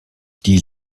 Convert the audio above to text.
die